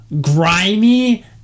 grimy